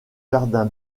jardin